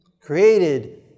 created